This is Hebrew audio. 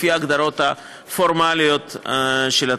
לפי ההגדרות הפורמליות של התוכנית.